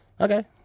Okay